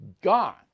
gone